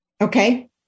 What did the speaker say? Okay